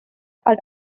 are